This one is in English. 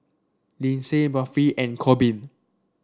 Lynsey Buffy and Corbin